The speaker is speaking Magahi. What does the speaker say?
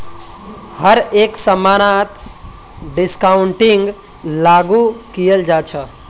हर एक समानत डिस्काउंटिंगक लागू कियाल जा छ